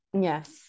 Yes